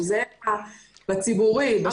שאלה המבנים הציבוריים.